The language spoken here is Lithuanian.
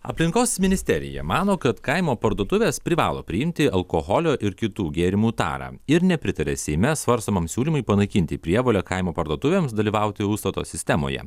aplinkos ministerija mano kad kaimo parduotuvės privalo priimti alkoholio ir kitų gėrimų tarą ir nepritaria seime svarstomam siūlymui panaikinti prievolę kaimo parduotuvėms dalyvauti užstato sistemoje